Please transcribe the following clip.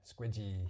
squidgy